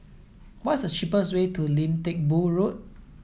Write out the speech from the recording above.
what is the cheapest way to Lim Teck Boo Road